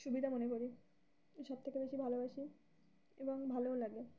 সুবিধা মতো করি সবথেকে বেশি ভালোবাসি এবং ভালোও লাগে